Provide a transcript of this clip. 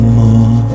more